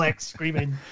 screaming